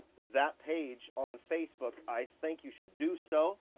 that page on facebook, i think you should do so.